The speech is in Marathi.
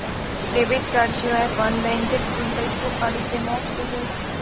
डेबिट कार्डाशिवाय पण बँकेतसून पैसो काढूचे मॉप सोयी आसत